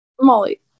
Molly